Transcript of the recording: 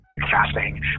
Fasting